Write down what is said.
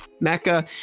mecca